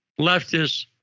leftists